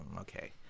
okay